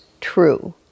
true